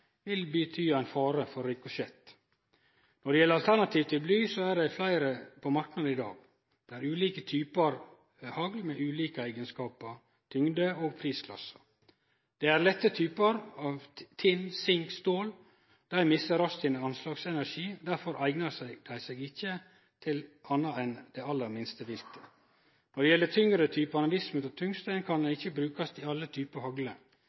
vil bety ein fare for rikosjett. Når det gjeld alternativ til bly, er det fleire på marknaden i dag. Det er ulike typar hagl med ulike eigenskapar, tyngd og prisklassar. Dei lette typane av tinn, sink og stål mister raskt anslagsenergi. Derfor eignar ikkje desse seg til anna enn det aller minste viltet. Når det gjeld dei tyngre typane av vismut og tungsten, kan ikkje dei brukast i alle typar hagler.